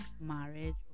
marriage